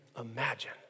imagine